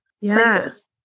places